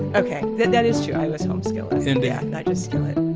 ok. that that is true. i was home skillet, and yeah not just skillet